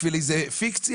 בשביל איזו פיקציה?